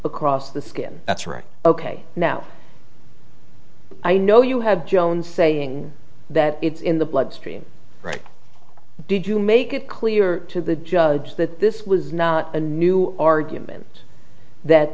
across the skin that's right ok now i know you have joan saying that it's in the bloodstream right did you make it clear to the judge that this was not a new argument that